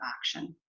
action